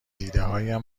ایدههایم